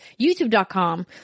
youtube.com